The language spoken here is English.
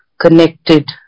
connected